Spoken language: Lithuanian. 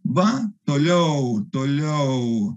va toliau toliau